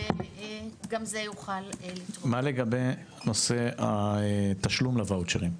מה לגבי הנושא של תשלום לוואוצ'רים?